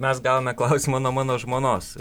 mes gavome klausimą nuo mano žmonos